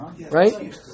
Right